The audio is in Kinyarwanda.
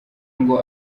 ngo